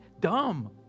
dumb